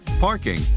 Parking